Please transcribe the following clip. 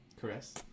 caress